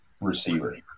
receiver